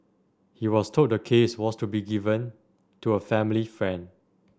he was told the case was to be given to a family friend